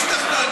שכנעת.